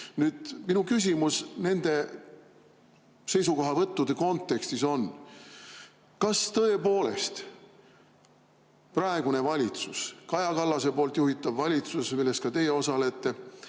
Nüüd, minu küsimus nende seisukohavõttude kontekstis on: kas tõepoolest praegune valitsus, Kaja Kallase juhitav valitsus, milles ka teie osalete,